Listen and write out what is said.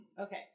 Okay